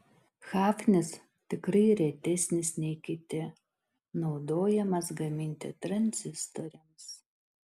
hafnis tikrai retesnis nei kiti naudojamas gaminti tranzistoriams